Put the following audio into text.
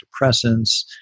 antidepressants